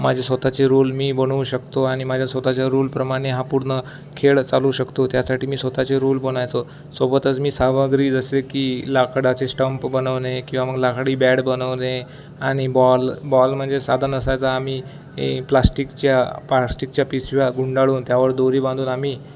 माझे स्वतचे रूल मी बनवू शकतो आणि माझ्या स्वतःच्या रूलप्रमाणे हा पूर्ण खेळ चालवू शकतो त्यासाठी मी स्वतचे रोल बनायचो सोबतच मी सामग्री जसे की लाकडाचे स्टम बनवणे किंवा मग लाकडी बॅड बनवणे आणि बॉल बॉल म्हणजे साधन असायचा आम्ही प्लास्टिकच्या प्लास्टिकच्या पिशव्या गुंडाळून त्यावर दोरी बांधून आम्ही